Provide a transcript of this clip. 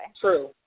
True